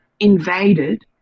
invaded